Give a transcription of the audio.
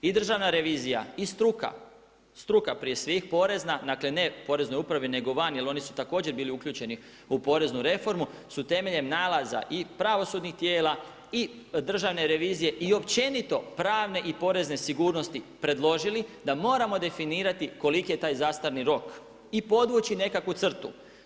I državna revizija i struka, struka prije svih porezna, dakle ne Poreznoj upravi nego vani jer oni su također bili uključeni u poreznu reformu su temeljem nalaza i pravosudnih tijela i državne revizije i općenito pravne i porezne sigurnosti predložili da moramo definirati koliki je taj zastarni rok i podvući nekakvu crtu.